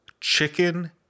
Chicken